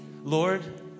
Lord